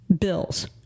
bills